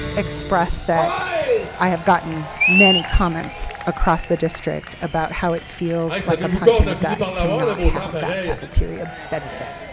express that i have gotten many comments across the district about how it feels like a punch in the gut to not have that cafeteria benefit.